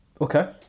Okay